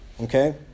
okay